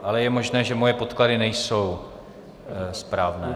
Ale je možné, že moje podklady nejsou správné.